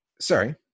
sorry